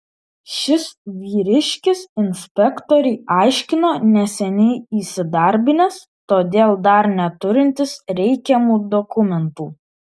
šis vyriškis inspektorei aiškino neseniai įsidarbinęs todėl dar neturintis reikiamų dokumentų